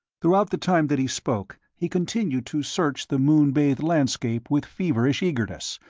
throughout the time that he spoke he continued to search the moon-bathed landscape with feverish eagerness,